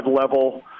level